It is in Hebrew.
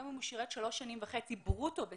גם אם הוא שירת שלוש וחצי שנים ברוטו בצה"ל,